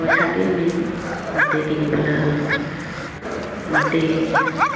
পইচাটোৱে মেইন মাটি কিনিবলৈ হ'লে মাটি